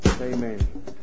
Amen